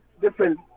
different